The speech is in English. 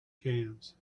jams